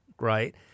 right